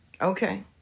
Okay